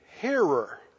hearer